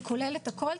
זה כולל את הכול,